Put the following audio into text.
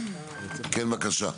כן בבקשה.